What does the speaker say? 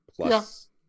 plus